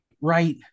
right